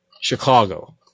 Chicago